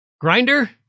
Grinder